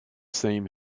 same